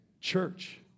Church